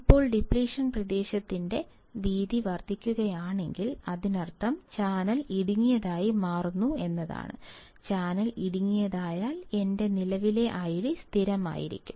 ഇപ്പോൾ ഡിപ്രീഷൻ പ്രദേശത്തിന്റെ വീതി വർദ്ധിക്കുകയാണെങ്കിൽ അതിനർത്ഥം ചാനൽ ഇടുങ്ങിയതായി മാറുന്നു ചാനൽ ഇടുങ്ങിയതാണെങ്കിൽ എന്റെ നിലവിലെ ID സ്ഥിരമായിരിക്കും